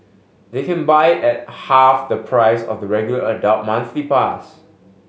they can buy at half the price of the regular adult monthly pass